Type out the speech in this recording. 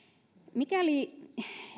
mikäli